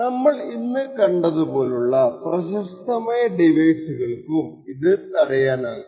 നമ്മൾ ഇന്ന് കണ്ടതുപോലുള്ള പ്രശസ്തമായ ഡിവൈസുകൾക്കും ഇത് തടയാനാകും